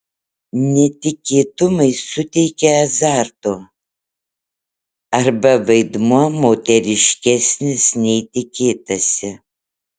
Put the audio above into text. netikėtumai suteikia azarto arba vaidmuo moteriškesnis nei tikėtasi